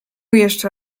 jeszcze